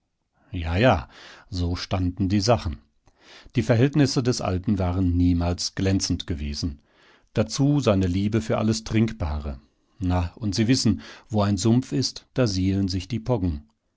ja ja so standen die sachen die verhältnisse des alten waren niemals glänzend gewesen dazu seine liebe für alles trinkbare na und sie wissen wo ein sumpf ist da sielen sich die poggen